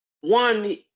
one